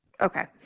okay